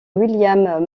william